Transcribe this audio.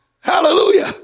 Hallelujah